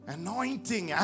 anointing